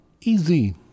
Easy